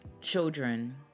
children